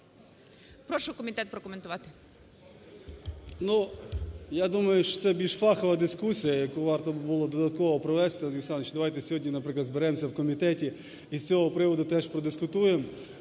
Прошу комітет прокоментувати.